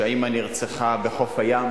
שהאמא נרצחה בחוף הים,